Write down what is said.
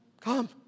come